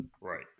Right